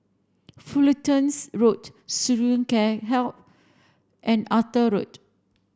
Fullertons Road Student Care Health and Arthur Road